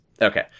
Okay